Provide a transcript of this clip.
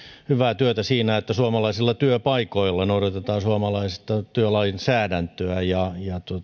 hyvää työtä siinä että suomalaisilla työpaikoilla noudatetaan suomalaista työlainsäädäntöä ja